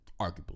Arguably